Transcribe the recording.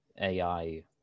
AI